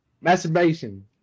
Masturbation